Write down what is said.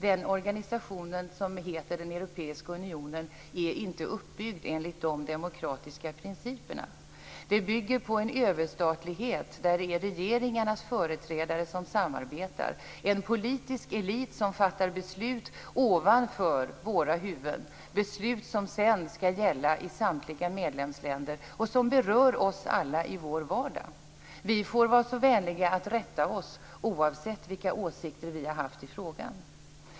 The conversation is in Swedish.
Den organisation som heter Europeiska unionen är inte uppbyggd enligt de demokratiska principerna. Den bygger på en överstatlighet där det är regeringarnas företrädare som samarbetar och där en politisk elit fattar beslut ovanför våra huvuden, beslut som sedan skall gälla i samtliga medlemsländer och som berör oss alla i vår vardag. Vi får vara så vänliga att rätta oss, oavsett vilka åsikter vi har haft i frågan.